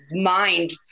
mind